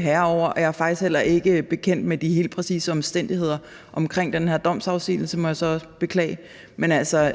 herre over, og jeg er faktisk heller ikke bekendt med de helt præcise omstændigheder omkring den her domsafsigelse, må jeg så beklage. Men altså,